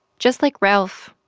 just like ralph,